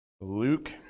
Luke